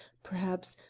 perhaps,